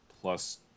plus